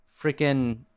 freaking